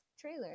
trailer